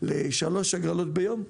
לשלוש הגרלות ביום,